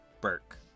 Burke